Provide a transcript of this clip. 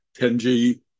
Kenji